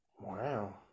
Wow